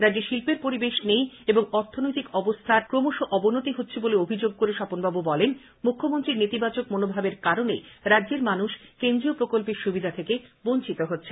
রাজ্যে শিল্পের পরিবেশ নেই এবং অর্থনৈতিক অবস্থার ক্রমশ অবনতি হচ্ছে বলে অভিযোগ করে স্বপনবাবু বলেন মুখ্যমন্ত্রীর নেতিবাচক মনোভাবের কারণে রাজ্যের মানুষ কেন্দ্রীয় প্রকল্পের সুবিধা থেকে বঞ্চিত হচ্ছে